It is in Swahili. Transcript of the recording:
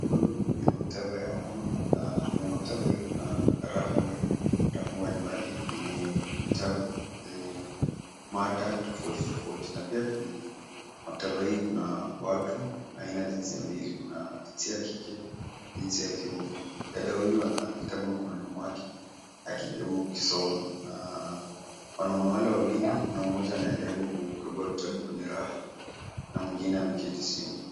Huku ni kwenye maktaba ya umma na kwenye maktaba hii kuna rafu mbalimbali yenye vitabu zenye mada tofauti tofauti. Na pia kwenye maktaba hii kuna watu aina jinsia mbili, kuna jinsia ya kike na jinsia ya kiume. Dada huyu ana kitabu mkononi mwake akijaribu kukisoma na wanaume wale wawili, kuna mmoja anayejaribu kukagua vitabu kwenye rafu na mwingine ameketi chini.